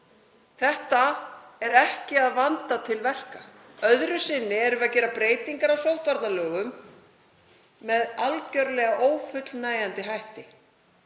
Það er ekki að vanda til verka. Öðru sinni erum við að gera breytingar á sóttvarnalögum með algjörlega ófullnægjandi hætti.